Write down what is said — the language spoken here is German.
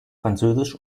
französisch